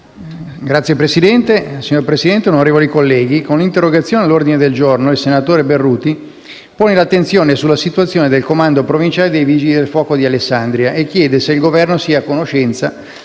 per l'interno*. Signor Presidente, onorevoli colleghi, con l'interrogazione all'ordine del giorno il senatore Berutti pone l'attenzione sulla situazione del comando provinciale dei Vigili del fuoco di Alessandria e chiede se il Governo sia a conoscenza